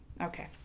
Okay